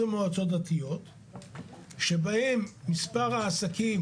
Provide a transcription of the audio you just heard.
לעניין תחום מועצה דתית שמכהן בה רב עיר או רב מקומי רב העיר או הרב